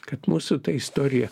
kad mūsų istorija